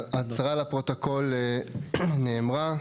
ההצהרה לפרוטוקול נאמרה.